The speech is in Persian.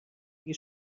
اگه